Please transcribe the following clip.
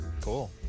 Cool